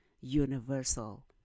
universal